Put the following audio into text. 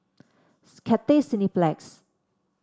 Cathay Cineplex